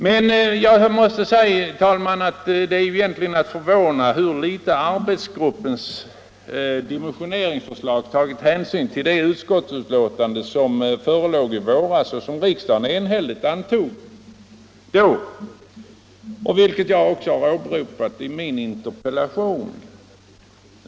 Jag måste emellertid säga, herr talman, att det är ägnat att förvåna hur litet arbetsgruppen i sitt dimensioneringsförslag tagit hänsyn till det betänkande från utbildningsutskottet som förelåg i våras och som riksdagen enhälligt antog. Jag har även i min interpellation åberopat detta utskottsbetänkande.